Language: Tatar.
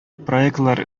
проектлар